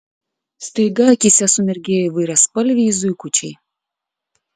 staiga akyse sumirgėjo įvairiaspalviai zuikučiai